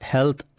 Health